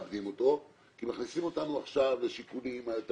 כי מכניסים אותנו עכשיו לשיקולים מה יותר